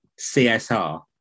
CSR